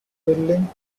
willing